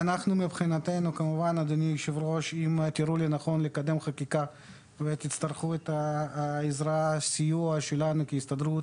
אם תראו לנכון לקדם חקיקה ותצטרכו את העזרה שלנו כהסתדרות,